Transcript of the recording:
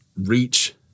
reach